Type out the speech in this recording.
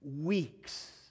weeks